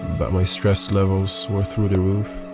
but my stress levels were through the roof.